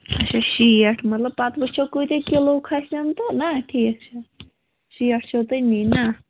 اچھا شیٹھ مطلب پَتہٕ وٕچھو کۭتیاہ کِلوٗ کھَسن تہٕ نہ ٹھیٖک چھِ شیٹھ چھُو تۄہہِ نِنۍ نا